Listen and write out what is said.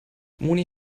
moni